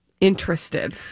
interested